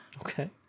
Okay